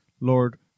Lord